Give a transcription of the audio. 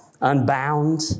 Unbound